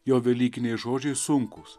jo velykiniai žodžiai sunkūs